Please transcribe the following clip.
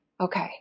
Okay